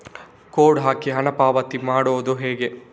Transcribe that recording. Code ಹಾಕಿ ಹಣ ಪಾವತಿ ಮಾಡೋದು ಹೇಗೆ?